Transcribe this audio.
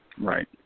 Right